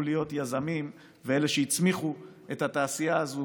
להיות יזמים ואלה שהצמיחו את התעשייה הזאת,